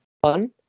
One